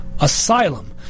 asylum